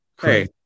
Hey